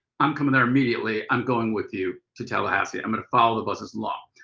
i'm coming there immediately, i'm going with you to tallahassee, i'm going to follow the bus along.